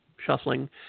shuffling